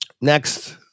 next